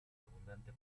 abundante